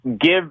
give